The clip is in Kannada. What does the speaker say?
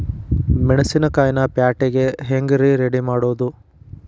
ಮೆಣಸಿನಕಾಯಿನ ಪ್ಯಾಟಿಗೆ ಹ್ಯಾಂಗ್ ರೇ ರೆಡಿಮಾಡೋದು?